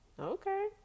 Okay